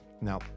Now